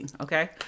okay